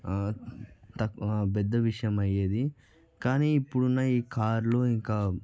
పెద్ద విషయం అయ్యేది కానీ ఇప్పుడున్న ఈ కార్లు ఇంకా ఆ